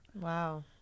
Wow